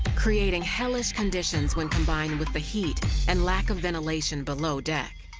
creating hellish conditions when combined with the heat and lack of ventilation below deck.